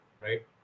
right